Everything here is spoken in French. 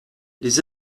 les